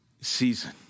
season